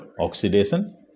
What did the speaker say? oxidation